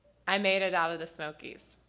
i made it out of the smokey's.